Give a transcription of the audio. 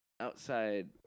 Outside